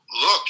look